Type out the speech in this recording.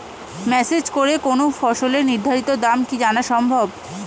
Message করে কোন ফসলের নির্ধারিত দাম কি জানা সম্ভব?